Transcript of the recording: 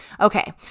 Okay